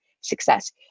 success